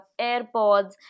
AirPods